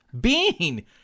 bean